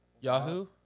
Yahoo